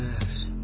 Yes